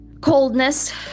coldness